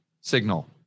signal